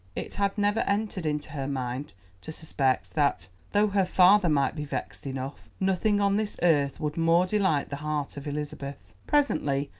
it had never entered into her mind to suspect, that, though her father might be vexed enough, nothing on this earth would more delight the heart of elizabeth. presently,